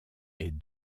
est